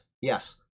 yes